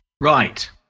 Right